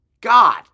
God